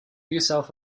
yourself